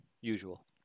usual